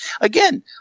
Again